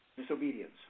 disobedience